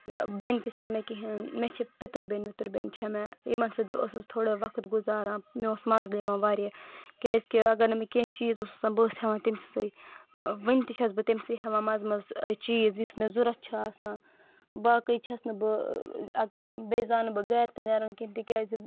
بِیٚنہٕ تہِ چھَنہٕ مےٚ کِہیٖنٛۍ مےٚ چھِ پِتٕر بیٚنہِ وِٕتٕر بیٚنہِ چھِ مےٚ یِمن سٍتۍ بہٕ ٲسٕس وقت گُذاران مےٚ اوس مزٕ دِوان واریاہ کیٛازِکہِ اَگر نہٕ مےٚ کیٚنٛہہ چیز اوس نہٕ آسان بہٕ آسٕس ہٮ۪وان تٔمۍسٕے وُنہِ تہِ چھَس بہٕ تٔمۍسٕے ہٮ۪وان منٛزٕمنٛزٕ چیز یُس مےٚ ضروٗرت چھُ آسان باقٕے چھَس نہٕ بہٕ اگر بیٚیہِ زانہٕ نہٕ بہٕ گرِ تہِ نیرُن کیٚنٛہہ تِکیٛازِ